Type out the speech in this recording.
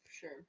sure